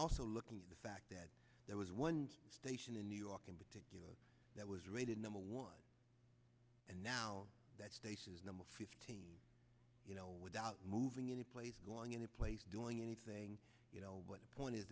also looking at the fact that there was one station in new york in particular that was rated number one and now that states is number fifteen without moving any place going into place doing anything you know what the point is